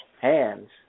hands